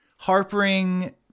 Harpering